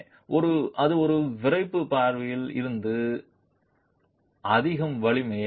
எனவே எனவே அது ஒரு விறைப்பு பார்வையில் இருந்து அதிகம்